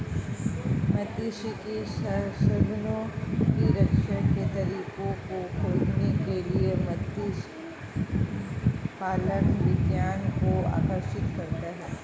मात्स्यिकी संसाधनों की रक्षा के तरीकों को खोजने के लिए मत्स्य पालन विज्ञान को आकर्षित करता है